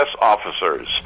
officers